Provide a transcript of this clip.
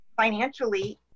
financially